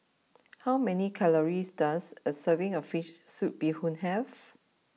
how many calories does a serving of Fish Soup Bee Hoon have